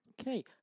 Okay